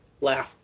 Laugh